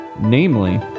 namely